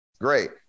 Great